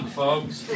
folks